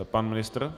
Pan ministr?